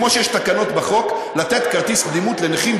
כמו שיש תקנות לחוק למתן כרטיס קדימות בתור לנכים.